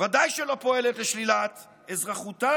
וודאי שלא פועלת לשלילת אזרחותם.